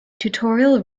tutorial